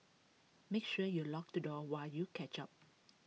make sure you lock the door while you catch up